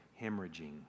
hemorrhaging